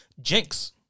Jinx